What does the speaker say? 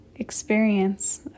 experience